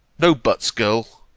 no but's, girl!